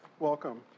Welcome